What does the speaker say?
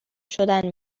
شدن